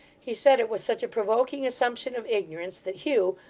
he said it with such a provoking assumption of ignorance, that hugh,